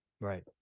Right